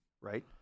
right